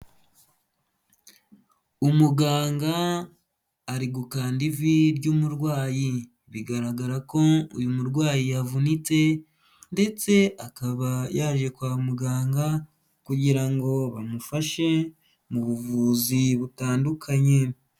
Umuganga ari gukanda ivi ry'umurwayi. Bigaragara ko uyu murwayi yavunitse ndetse akaba yaje kwa muganga kugira ngo bamufashe mu buvuzi butandukanye.